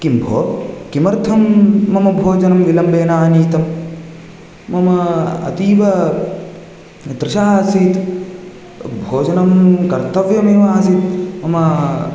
किं भोः किमर्थं मम भोजनं विलम्बेन आनीतम् मम अतीव तृषः असीत् भोजनं कर्तव्यमेव आसीत् मम